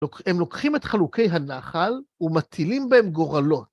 הם לוקחים את חלוקי הנחל ומטילים בהם גורלות.